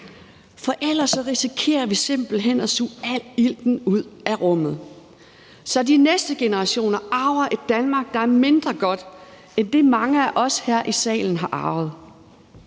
For ellers risikerer vi simpelt hen at suge al ilten ud af rummet, så de næste generationer arver et Danmark, der er mindre godt end det, mange af os her i salen har arvet.